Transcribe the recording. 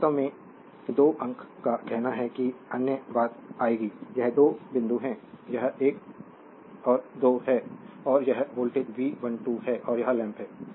slide समय देखें 2905 यह वास्तव में 2 अंक का कहना है कि अन्य बात आएगी यह 2 बिंदु है यह 1 और 2 है और यह वोल्टेज V12 है और यह लैंप है